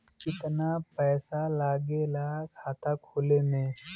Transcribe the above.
कितना पैसा लागेला खाता खोले में?